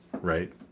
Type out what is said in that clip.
Right